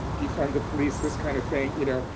defund the police, this kind of thing, you know,